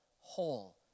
whole